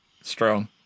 strong